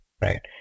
right